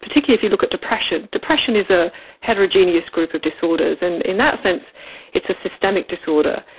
particularly if you look at depression, depression is a heterogeneous group of disorders, and in that sense it's a systemic disorder,